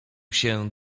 się